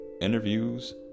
interviews